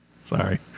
Sorry